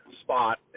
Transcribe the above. spot